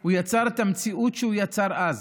הוא יצר את המציאות שהוא יצר אז,